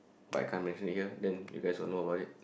but I can't I mention it here then you guys will know about it